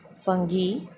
fungi